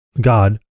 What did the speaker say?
God